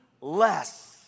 less